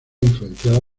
influenciada